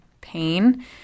pain